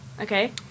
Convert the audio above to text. Okay